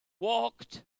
walked